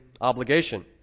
obligation